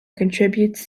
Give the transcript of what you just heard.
contributes